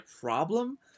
problem